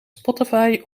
spotify